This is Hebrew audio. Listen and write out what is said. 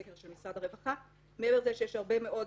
סקר של משרד הרווחה מעבר לזה שיש הרבה מאוד